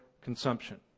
consumption